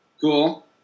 Cool